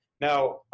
Now